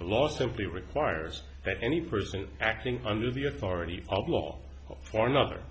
a lot of the requires that any person acting under the authority of law for another